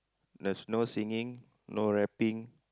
there's no singing no rapping